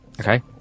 okay